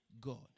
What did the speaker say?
God